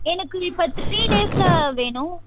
எனக்கு இப்போ த்ரீ டேஸ்சில் வேணும்